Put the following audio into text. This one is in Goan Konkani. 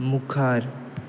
मुखार